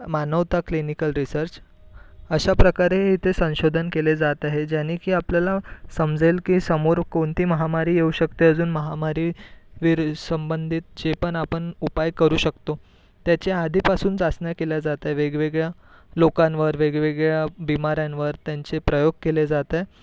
मानवता clinical research अशाप्रकारे ते संशोधन केले जात आहे ज्याने की आपल्याला समजेल कि समोर कोणती महामारी येऊ शकते अजून महामारी वेरी संबधित जे पण आपण उपाय करू शकतो त्याच्या आधीपासून चाचण्या केल्या जात आहे वेगवेगळ्या लोकांवर वेगवेगळ्या बिमाऱ्यांवर त्यांचे प्रयोग केले जात आहे